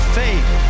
faith